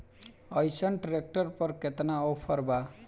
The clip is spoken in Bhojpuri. अइसन ट्रैक्टर पर केतना ऑफर बा?